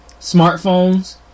smartphones